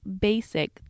basic